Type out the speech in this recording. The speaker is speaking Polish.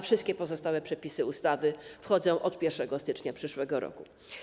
Wszystkie pozostałe przepisy ustawy wchodzą od 1 stycznia przyszłego roku.